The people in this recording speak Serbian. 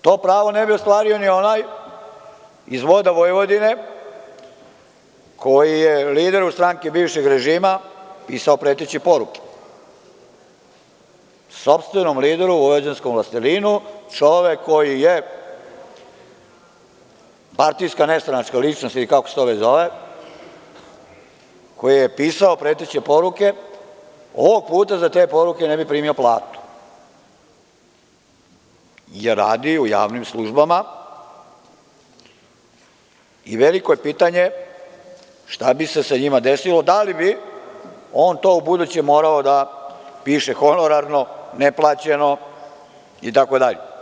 To pravo ne bi ostvario ni onaj iz „Voda Vojvodine“, koji je lideru stranke bivšeg režima pisao preteće poruke, sopstvenom lideru, vojvođanskom vlastelinu, čovek koji je partijska nestranačka ličnost ili kako se to već zove, koji je pisao preteće poruke, ovog puta za te poruke ne bi primio platu, jer radi u javnim službama i veliko je pitanje šta bi se sa njima desilo, da li bi on to ubuduće morao da piše honorarno, neplaćeno, itd.